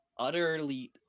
utterly